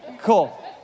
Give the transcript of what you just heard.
Cool